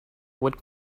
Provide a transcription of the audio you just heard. would